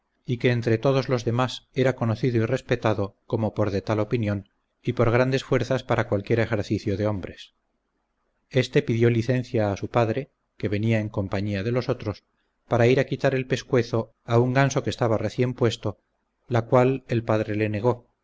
y que entre todos los demás era conocido y respetado como por de tal opinión y por grandes fuerzas para cualquier ejercito de hombres este pidió licencia a su padre que venía en compañía de los otros para ir a quitar el pescuezo a un ganso que estaba recién puesto la cual el padre le negó